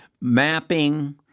Mapping